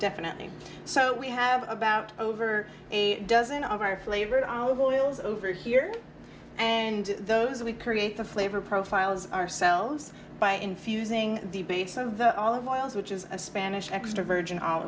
definitely so we have about over a dozen of our flavored olive oils over here and those we create the flavor profiles ourselves by infusing the base of the olive oils which is a spanish extra virgin